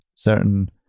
certain